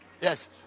Yes